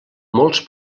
molts